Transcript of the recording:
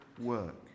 work